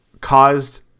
caused